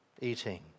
eating